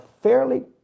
fairly